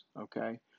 okay